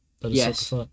yes